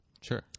Sure